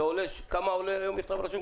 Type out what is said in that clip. זה עולה כמה עולה היום מכתב רשום?